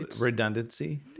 redundancy